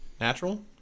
natural